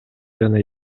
жана